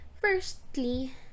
Firstly